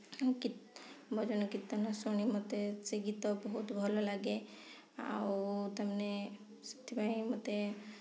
ମୁଁ ଭଜନ କୀର୍ତ୍ତନ ଶୁଣି ମୋତେ ସେ ଗୀତ ବହୁତ ଭଲ ଲାଗେ ଆଉ ତାମାନେ ସେଥିପାଇଁ ମୋତେ